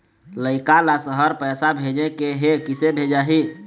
लइका ला शहर पैसा भेजें के हे, किसे भेजाही